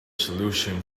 solution